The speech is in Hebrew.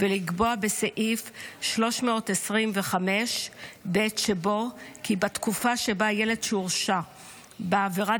ולקבוע בסעיף 325(ב) שבו כי בתקופה שבה ילד שהורשע בעבירת